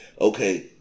Okay